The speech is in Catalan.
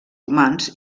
humans